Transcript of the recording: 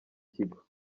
kigo